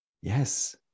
Yes